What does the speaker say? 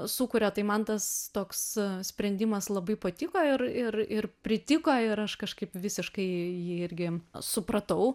sukuria tai man tas toks sprendimas labai patiko ir ir ir pritiko ir aš kažkaip visiškai jį irgi supratau